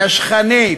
נשכנית,